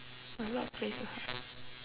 a lot places [what]